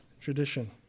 tradition